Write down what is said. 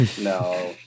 No